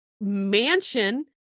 mansion